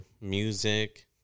music